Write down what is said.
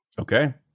okay